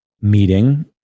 meeting